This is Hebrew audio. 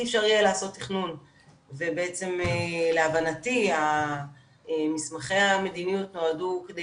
אי אפשר יהיה לעשות תכנון ובעצם להבנתי מסמכי המדיניות נועדו כדי